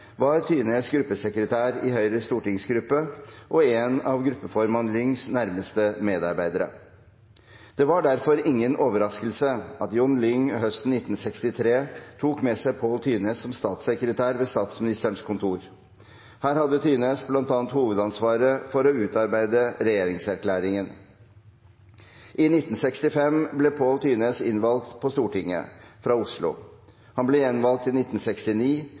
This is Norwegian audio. var Thyness gruppesekretær i Høyres stortingsgruppe og en av gruppeformann Lyngs nærmeste medarbeidere. Det var derfor ingen overraskelse at John Lyng høsten 1963 tok med seg Paul Thyness som statssekretær ved Statsministerens kontor. Her hadde Thyness bl.a. hovedansvaret for å utarbeide regjeringserklæringen. I 1965 ble Paul Thyness innvalgt på Stortinget fra Oslo. Han ble gjenvalgt i 1969,